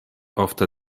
ofte